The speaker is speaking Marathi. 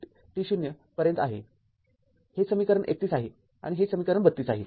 हे समीकरण ३१ आहे आणि हे समीकरण ३२ आहे